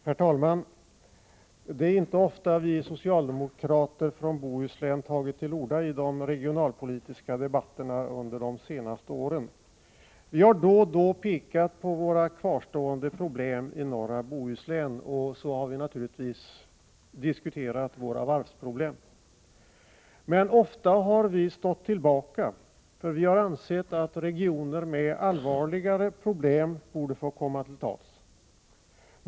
Herr talman! Det är inte ofta vi socialdemokrater från Bohuslän tagit till orda i de regionalpolitiska debatterna under de senaste åren. Vi har då och då pekat på våra kvarstående problem i norra Bohuslän, och vi har naturligtvis diskuterat våra varvsproblem. Men ofta har vi stått tillbaka, eftersom vi har ansett att regioner med allvarligare problem borde få komma till tals.